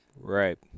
Right